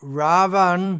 ravan